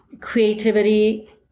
creativity